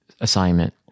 assignment